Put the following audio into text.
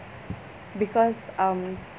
because um